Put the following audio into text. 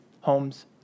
homes